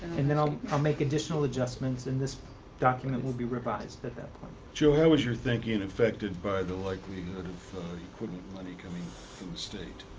and then i'll i'll make additional adjustments and this document will be revised at that point. joe, how was your thinking affected by the likelihood of equipment money coming from the state?